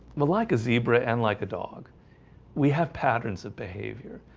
malaika zebra and like a dog we have patterns of behavior.